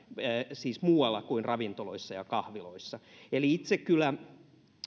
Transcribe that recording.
siis muualla kuin ravintoloissa ja kahviloissa eli itse kyllä